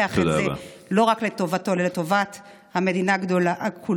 את זה לא רק לטובתו אלא לטובת המדינה כולה.